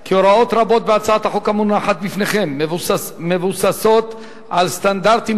כי הוראות רבות בהצעת החוק המונחת בפניכם מבוססות על סטנדרטים